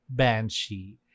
banshee